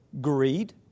greed